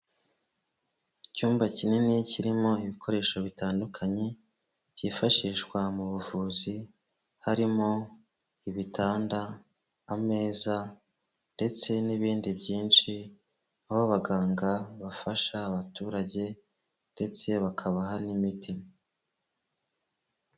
Icyumba kinini kirimo ibikoresho bitandukanye byifashishwa mu buvuzi, harimo ibitanda, ameza ndetse n'ibindi byinshi, aho abaganga bafasha abaturage ndetse bakabaha n'imiti.